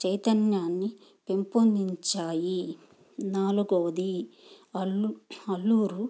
చైతన్యాన్ని పెంపొందించాయి నాలుగోది అల్లు అల్లూరు